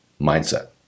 mindset